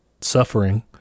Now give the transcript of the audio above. suffering